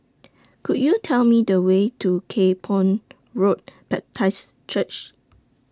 Could YOU Tell Me The Way to Kay Poh Road Baptist Church